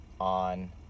on